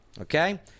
Okay